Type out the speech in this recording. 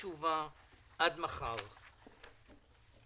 זאת סוגיה מאוד מורכבת.